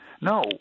No